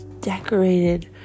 decorated